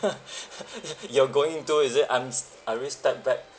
you're going to is it I'm s~ I'm already stepped back